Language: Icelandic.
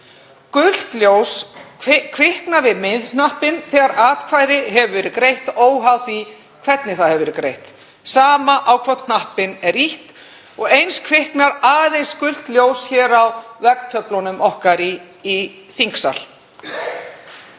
Gult ljós kviknar við miðhnappinn þegar atkvæði hefur verið greitt óháð því hvernig það hefur verið greitt, sama á hvorn hnappinn er ýtt, og eins kviknar aðeins gult ljós á veggtöflum í þingsal.